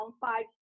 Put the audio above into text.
five